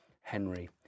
Henry